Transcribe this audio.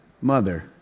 mother